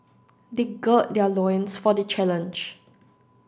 they gird their loins for the challenge